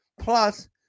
Plus